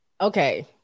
okay